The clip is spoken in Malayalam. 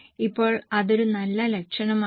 ഇപ്പോൾ അതൊരു നല്ല ലക്ഷണമാണോ